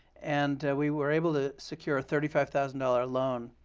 and we were able to secure a thirty five thousand dollars loan